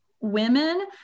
women